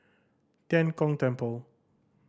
Tian Kong Temple